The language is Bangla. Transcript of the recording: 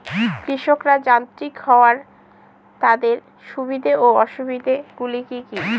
কৃষকরা যান্ত্রিক হওয়ার তাদের সুবিধা ও অসুবিধা গুলি কি কি?